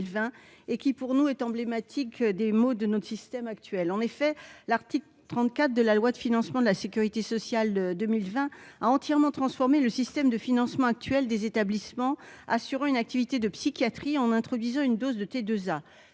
et qui pour nous est emblématique des maux de notre système actuel, en effet, l'article 34 de la loi de financement de la Sécurité sociale 2020 a entièrement transformé le système de financement actuel des établissements assurer une activité de psychiatrie en introduisant une dose de T2A